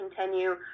continue